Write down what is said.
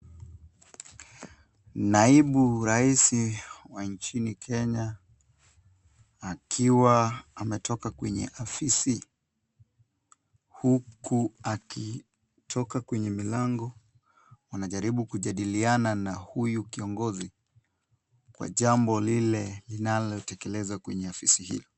Naibu rais wa nchini Kenya akiwa ametoka kwenye afisi huku akitoka kwenye milango wanajaribu kujadiliana na huyu kiongozi kwa jambo lile linalotekelezwa kwenye afisi hili.